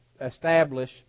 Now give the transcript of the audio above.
establish